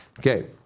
Okay